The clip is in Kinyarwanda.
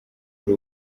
ari